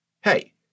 Hey